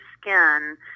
skin